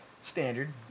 Standard